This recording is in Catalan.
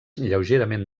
lleugerament